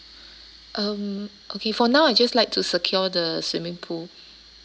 um okay for now I'd just like to secure the swimming pool